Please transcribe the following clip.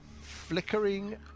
flickering